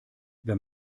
wenn